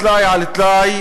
טלאי על טלאי,